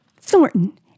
Thornton